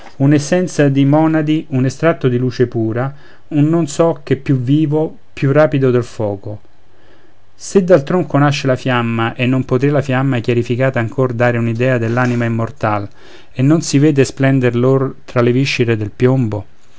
umana un'essenza di mònadi un estratto di luce pura un non so che più vivo più rapido del foco se dal tronco nasce la fiamma e non potrìa la fiamma chiarificata ancor dare un'idea dell'anima immortal e non si vede splender l'or tra le viscere del piombo